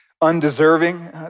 undeserving